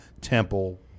Temple